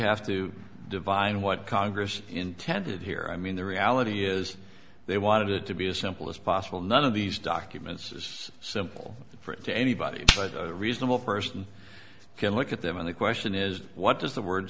have to divine what congress intended here i mean the reality is they want it to be as simple as possible none of these documents is simple for it to anybody but a reasonable person can look at them and the question is what does the word